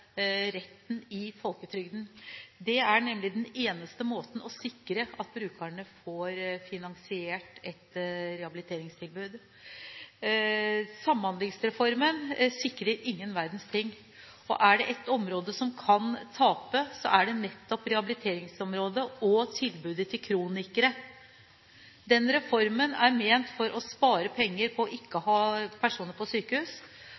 er nemlig den eneste måten hvor en kan sikre at brukerne får finansiert et rehabiliteringstilbud. Samhandlingsreformen sikrer ingen verdens ting. Er det ett område som kan tape, er det nettopp rehabiliteringsområdet og tilbudet til kronikere. Den reformen er ment til å spare penger på ikke å ha personer på sykehus.